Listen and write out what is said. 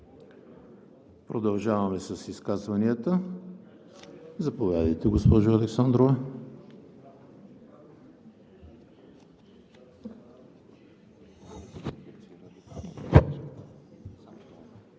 Продължаваме с изказванията. Заповядайте, госпожо Александрова.